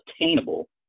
attainable